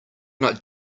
not